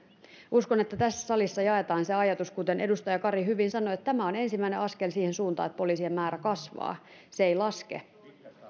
uskon että tässä salissa jaetaan se ajatus kuten edustaja kari hyvin sanoi että tämä on ensimmäinen askel siihen suuntaan että poliisien määrä kasvaa se ei laske